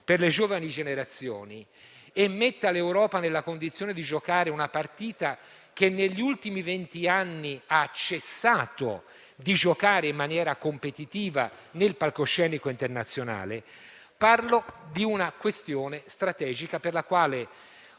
per le giovani generazioni e che metta l'Europa nella condizione di giocare una partita che, negli ultimi venti anni, ha cessato di giocare in maniera competitiva nel palcoscenico internazionale, parlo di una questione strategica, per la quale